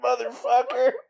Motherfucker